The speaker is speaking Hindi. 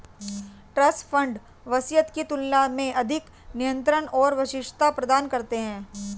ट्रस्ट फंड वसीयत की तुलना में अधिक नियंत्रण और विशिष्टता प्रदान करते हैं